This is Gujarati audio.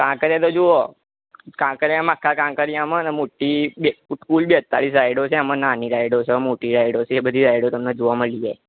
કાંકરિયા તો જુઓ કાંકરિયામાં આખા કાંકરિયામાં ને મોટી બે કુલ બેંતાળીસ રાઈડો છે એમાં નાની રાઈડો છે મોટી રાઈડો છે એ બધી રાઈડોને જોવા મલી જાય